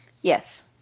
Yes